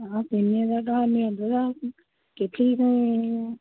ହଁ ତିନି ହଜାର ଟଙ୍କା ନିଅନ୍ତୁ